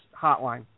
hotline